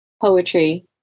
poetry